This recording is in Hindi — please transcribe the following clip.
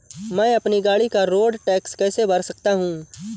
मैं अपनी गाड़ी का रोड टैक्स कैसे भर सकता हूँ?